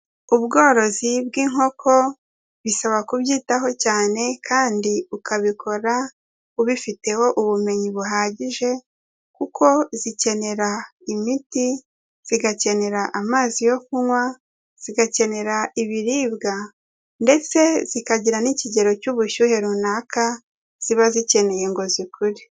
Ubworozi bw'inkoko, bisaba kubyitaho cyane kandi ukabikora ubifiteho ubumenyi buhagije, kuko zikenera imiti, zigakenera amazi yo kunywa, zigakenera ibiribwa ndetse zikagira n'ikigero cy'ubushyuhe runaka ziba zikeneye ngo zikure.